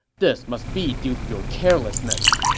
this must be due to your carelessness!